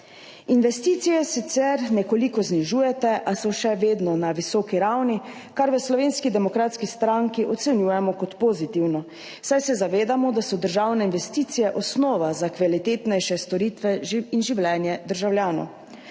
Investicije sicer nekoliko znižujete, a so še vedno na visoki ravni, kar v Slovenski demokratski stranki ocenjujemo kot pozitivno, saj se zavedamo, da so državne investicije osnova za kvalitetnejše storitve in življenje državljanov.